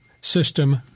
system